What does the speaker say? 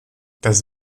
das